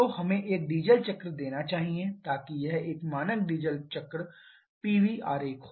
तो हमें एक डीजल चक्र देना चाहिए ताकि यह एक मानक डीजल चक्र Pv आरेख हो